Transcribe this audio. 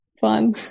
fun